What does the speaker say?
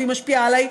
והיא משפיעה עליי,